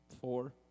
Four